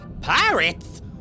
Pirates